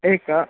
एकं